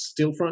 Steelfront